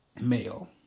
male